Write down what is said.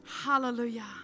Hallelujah